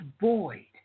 void